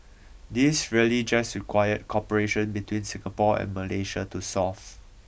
these really just required cooperation between Singapore and Malaysia to solve